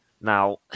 Now